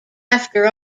after